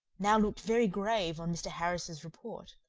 now looked very grave on mr. harris's report,